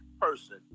person